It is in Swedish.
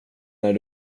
när